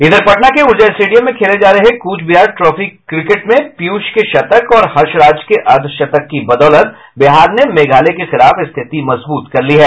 इधर पटना के ऊर्जा स्टेडियम में खेले जा रहे कूच बिहार ट्रॉफी क्रिकेट में पियूष के शतक और हर्ष राज के अर्धशतक की बदौलत बिहार ने मेघालय के खिलाफ स्थिति मजबूत कर ली है